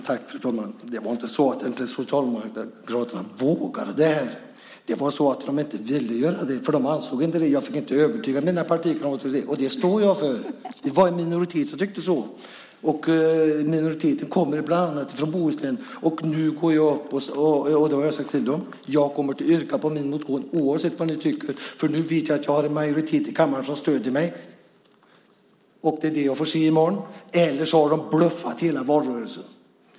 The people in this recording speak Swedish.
Fru talman! Det var inte så att Socialdemokraterna inte vågade det här. De ville inte göra det. Jag kunde inte övertyga mina partikamrater. Det står jag för. Det var en minoritet som tyckte så. Minoriteten kommer bland annat från Bohuslän. Nu går jag upp, och jag kommer att yrka på min motion, oavsett vad ni tycker. Nu vet jag att en majoritet i kammaren stöder mig. Det är det jag får se i morgon. Eller också har de bluffat i hela valrörelsen.